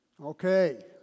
Okay